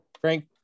Frank